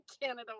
Canada